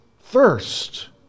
thirst